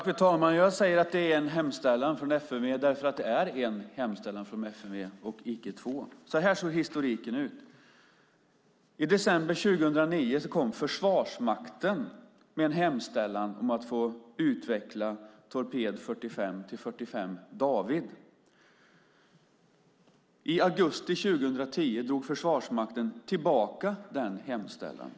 Fru talman! Jag säger att det är en hemställan från FMV därför att det är en hemställan från FMV och icke två. Så här ser historiken ut: I december 2009 kom Försvarsmakten med en hemställan om att få utveckla torped 45 till 45 D. I augusti 2010 drog Försvarsmakten tillbaka den hemställan.